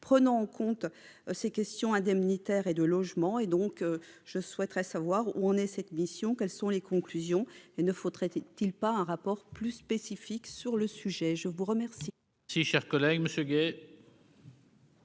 prenant en compte ces questions indemnitaires et de logement. Je souhaiterais donc savoir où en est cette mission et quelles en sont les conclusions. Ne faudrait-il pas un rapport plus spécifique sur le sujet ? La parole